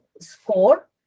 score